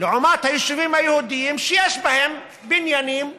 לעומת היישובים היהודיים, שיש בהם בניינים גדולים,